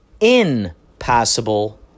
impossible